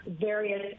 various